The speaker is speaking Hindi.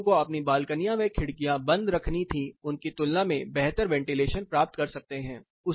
जिन लोगों को अपनी बालकनियां व खिड़कियां बंद रखनी थी उनकी तुलना में बेहतर वेंटिलेशन प्राप्त कर सकते हैं